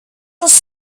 was